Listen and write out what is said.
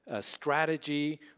strategy